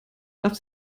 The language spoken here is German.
darf